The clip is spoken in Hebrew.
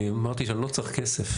אני אמרתי שאני לא צריך כסף.